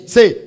Say